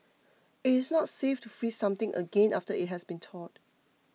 it is not safe to freeze something again after it has been thawed